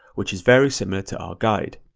which is very similar to our guide.